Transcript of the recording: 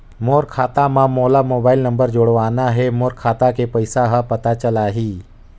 मोर खाता मां मोला मोबाइल नंबर जोड़वाना हे मोर खाता के पइसा ह पता चलाही?